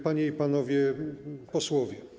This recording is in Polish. Panie i Panowie Posłowie!